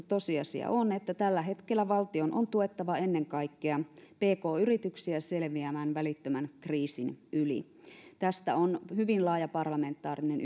tosiasia on että tällä hetkellä valtion on tuettava ennen kaikkea pk yrityksiä selviämään välittömän kriisin yli tästä on hyvin laaja parlamentaarinen